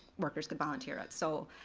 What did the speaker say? workers could volunteer at, so,